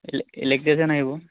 electrician আহিব